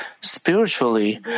spiritually